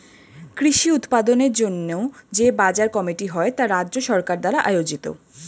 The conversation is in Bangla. কৃষি উৎপাদনের জন্য যে বাজার কমিটি হয় তা রাজ্য সরকার দ্বারা আয়োজিত